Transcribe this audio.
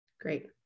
Great